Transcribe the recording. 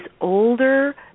older